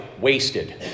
wasted